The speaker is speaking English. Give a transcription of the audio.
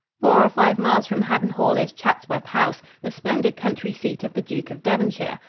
four or five miles from haddon hall is chatsworth house, the splendid country seat of the duke of devonshire.